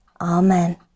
Amen